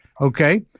okay